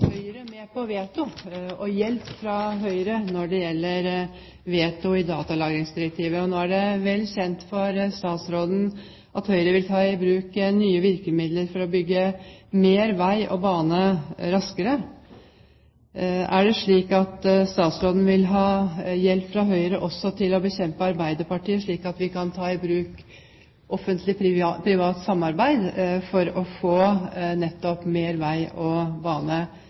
Høyre med på veto. Hun vil ha hjelp fra Høyre angående veto når det gjelder datalagringsdirektivet. Nå er det vel kjent for statsråden at Høyre vil ta i bruk nye virkemidler for å bygge mer vei og bane raskere. Er det slik at statsråden vil ha hjelp fra Høyre også til å bekjempe Arbeiderpartiet, slik at vi kan ta i bruk Offentlig Privat Samarbeid for å få bygd nettopp mer vei og bane?